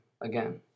again